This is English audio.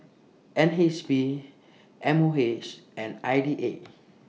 N H B M O H and I D A